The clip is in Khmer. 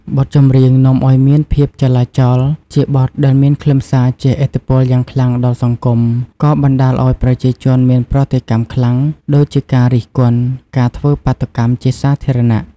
បទចម្រៀងនាំឱ្យមានភាពចលាចល ជាបទដែលមានខ្លឹមសារជះឥទ្ធិពលយ៉ាងខ្លាំងដល់សង្គម ក៏បណ្តាលឱ្យប្រជាជនមានប្រតិកម្មខ្លាំង ដូចជាការរិះគន់ ការធ្វើបាតុកម្មជាសាធារណៈ។